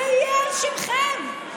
זה יהיה על שמכם.